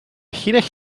llinell